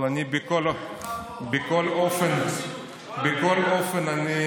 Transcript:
אבל אני, בכל אופן לאונרדו דיקפריו.